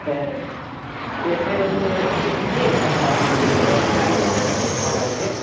ए के रे मेरो मोबाइल फुटेको थियो कि अनि त अलिकिति ऊ यो बनाउन लागि तपाईँको भए ठाउँ कल गरेको थियो